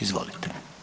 Izvolite.